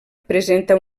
presenta